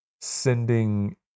sending